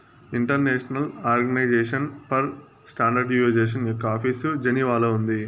international organisation for standardisation యొక్క office జెనీవాలో ఉంది